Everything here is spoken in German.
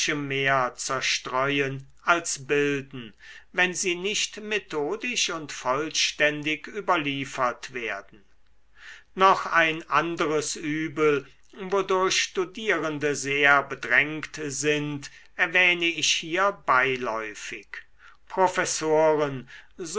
mehr zerstreuen als bilden wenn sie nicht methodisch und vollständig überliefert werden noch ein anderes übel wodurch studierende sehr bedrängt sind erwähne ich hier beiläufig professoren